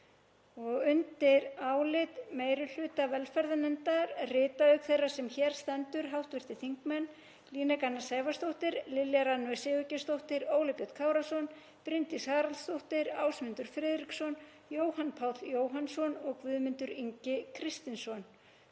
Undir álit meiri hluta velferðarnefndar rita, auk þeirrar sem hér stendur, hv. þingmenn Líneik Anna Sævarsdóttir, Lilja Rannveig Sigurgeirsdóttir, Óli Björn Kárason, Bryndís Haraldsdóttir, Ásmundur Friðriksson, Jóhann Páll Jóhannsson og Guðmundur Ingi Kristinsson.